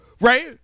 Right